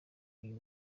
uyu